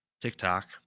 Tiktok